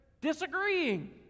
disagreeing